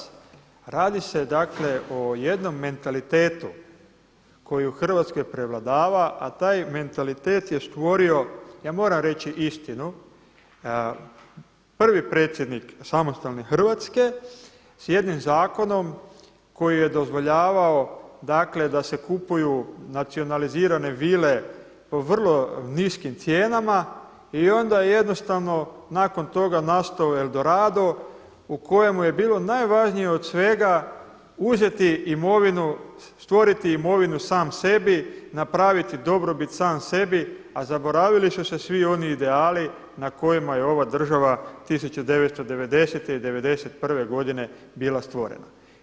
Kolega Maras, radi se o jednom mentalitetu koji u Hrvatskoj prevladava, a taj mentalitet je stvorio ja moram reći istinu, prvi predsjednik samostalne Hrvatske s jednim zakonom koji je dozvoljavao da se kupuju nacionalizirane vile po vrlo niskim cijenama i onda nakon toga je nastao eldorado u kojemu je bilo najvažnije od svega uzeti imovinu, stvoriti imovinu sam sebi, napraviti dobrobit sam sebi, a zaboravili su se svi oni ideali na kojima je ova država 1990. i 1991. godine bila stvorena.